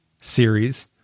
series